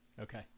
Okay